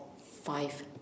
five